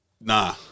nah